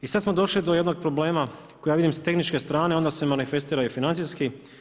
I sad smo došli do jednog problema koji ja vidim je iz tehničke strane onda se manifestira i financijski.